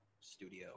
studio